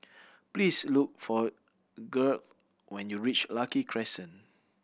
please look for Gearld when you reach Lucky Crescent